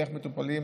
איך מטופלים